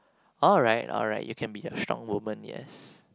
alright alright you can be a strong woman yes